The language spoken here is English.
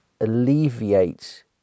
alleviate